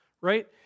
right